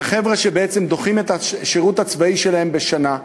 חבר'ה שדוחים את השירות הצבאי שלהם בשנה,